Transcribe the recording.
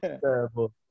Terrible